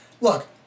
look